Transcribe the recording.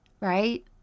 Right